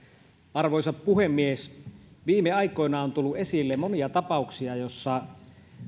arvoisa puhemies viime aikoina on tullut esille monia tapauksia joissa